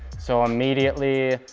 so immediately,